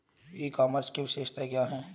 ई commerce की विशेषताएं क्या हैं?